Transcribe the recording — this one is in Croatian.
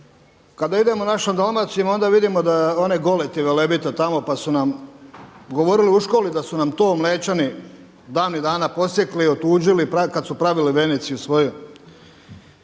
Kada idemo našom Dalmacijom, onda vidimo da one goleti Velebita tamo pa su nam govorili u školi da su nam to Mlečani davnih dana posjekli, otuđili kad su pravili Veneciju svoju.